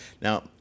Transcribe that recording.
Now